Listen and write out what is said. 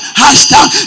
hashtag